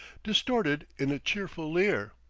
distorted in a cheerful leer.